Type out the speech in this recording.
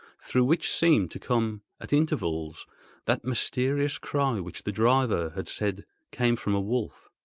through which seemed to come at intervals that mysterious cry which the driver had said came from a wolf.